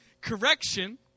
Correction